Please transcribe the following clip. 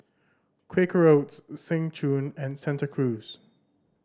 Quaker Oats Seng Choon and Santa Cruz